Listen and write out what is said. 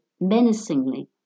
menacingly